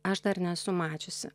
aš dar nesu mačiusi